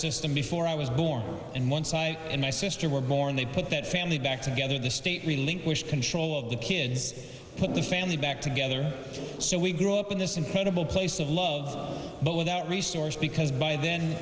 system before i was born and once i and my sister were born they put that family back together the state relinquished control of the kids put the family back together so we grew up in this incredible place of love but without resources because by then